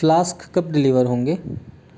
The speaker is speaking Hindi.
फ़्लास्क कब डिलीवर होंगे